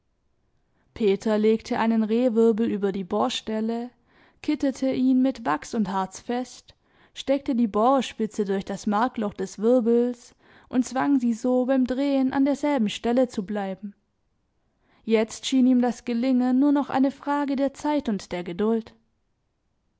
peter legte einen rehwirbel über die bohrstelle kittete ihn mit wachs und harz fest steckte die bohrerspitze durch das markloch des wirbels und zwang sie so beim drehen an derselben stelle zu bleiben jetzt schien ihm das gelingen nur noch eine frage der zeit und der geduld